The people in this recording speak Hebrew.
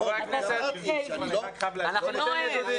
נכון, בגלל זה אמרתי שאני לא מדבר אליהם.